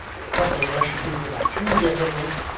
couple of russian people, about three different ones,